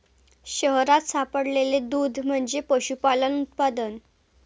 शहरात सापडलेले दूध म्हणजे पशुपालन उत्पादन